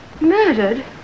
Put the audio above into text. Murdered